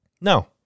No